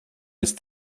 ist